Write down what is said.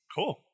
Cool